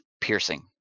piercing